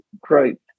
group